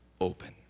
open